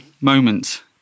moment